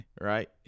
right